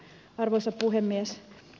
arvoisa puhemies